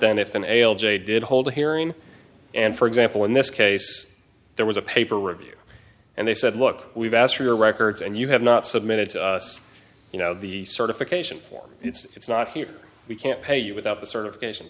than if an ale jay did hold a hearing and for example in this case there was a paper review and they said look we've asked for your records and you have not submitted to us you know the certification form it's not here we can't pay you without the certification